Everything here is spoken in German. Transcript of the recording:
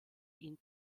ihn